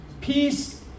Peace